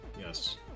Yes